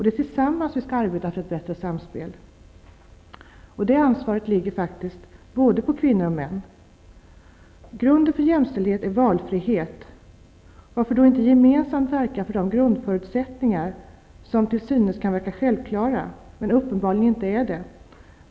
Det är tillsammans vi skall arbeta för ett bättre samspel, och ansvaret härför ligger faktiskt på både kvinnor och män. Grunden för jämställdhet är valfrihet. Varför då inte gemensamt verka för de grundförutsättningar som kan verka självklara, men uppenbarligen inte är det?